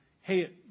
hey